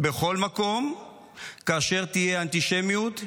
בכל מקום אשר תהיה בו אנטישמיות,